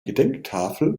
gedenktafel